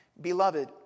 Beloved